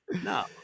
No